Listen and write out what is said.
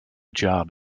job